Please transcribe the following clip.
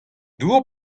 dour